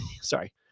Sorry